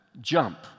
jump